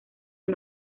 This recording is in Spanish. las